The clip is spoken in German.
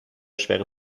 schwere